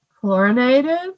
chlorinated